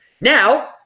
Now